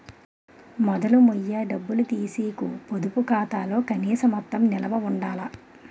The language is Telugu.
మొదలు మొయ్య డబ్బులు తీసీకు పొదుపు ఖాతాలో కనీస మొత్తం నిలవ ఉండాల